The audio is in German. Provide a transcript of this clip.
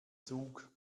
zug